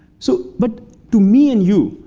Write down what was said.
so but to me and you,